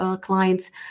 clients